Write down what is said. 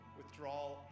withdrawal